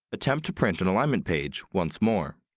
attempt to print an alignment page once more.